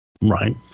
Right